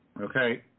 Okay